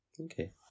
Okay